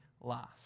last